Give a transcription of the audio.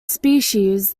species